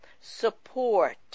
Support